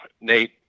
Nate